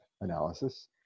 analysis